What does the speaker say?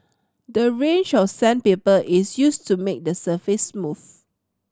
the range of sandpaper is used to make the surface smooth